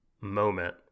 moment